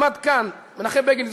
עמד כאן מנחם בגין,